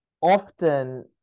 Often